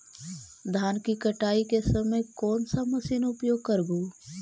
धान की कटाई के समय कोन सा मशीन उपयोग करबू?